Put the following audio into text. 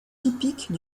typique